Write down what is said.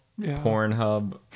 Pornhub